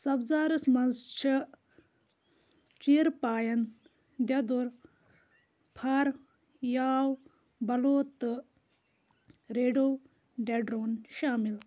سبزارس منٛز چھےٚ چِیَر پایِن دٮ۪ودور فر یاو بلوط تہٕ ریوڈو ڈینٛڈرون شامِل